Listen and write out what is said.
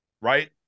right